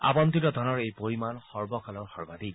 আৱণ্টিত ধনৰ এই পৰিমাণ সৰ্বকালৰ সৰ্বাধিক